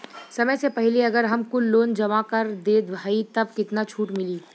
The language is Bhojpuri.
समय से पहिले अगर हम कुल लोन जमा कर देत हई तब कितना छूट मिली?